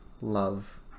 Love